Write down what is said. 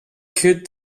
could